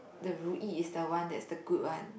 the Ru Yi is the one that's the good one